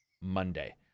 Monday